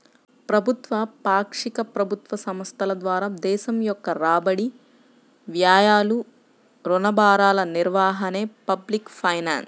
ప్రభుత్వ, పాక్షిక ప్రభుత్వ సంస్థల ద్వారా దేశం యొక్క రాబడి, వ్యయాలు, రుణ భారాల నిర్వహణే పబ్లిక్ ఫైనాన్స్